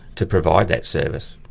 to provide that service.